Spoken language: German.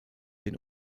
den